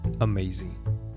amazing